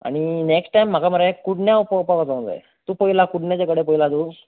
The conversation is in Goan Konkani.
आनी नॅक्स्ट टायम म्हाका मरे कुडण्या पळोवपाक वचूंक जाय तूं पळयला कुडण्याचे गडे पळयला तूं